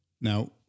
Now